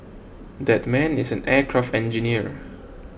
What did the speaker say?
that man is an aircraft engineer